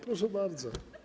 Proszę bardzo.